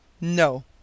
no